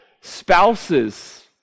spouses